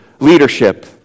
leadership